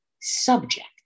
subject